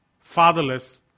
fatherless